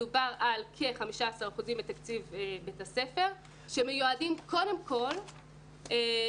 מדובר על כ-15 אחוזים מתקציב בית הספר שמיועדים קודם כל למינהלה,